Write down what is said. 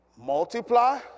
multiply